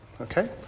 Okay